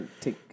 take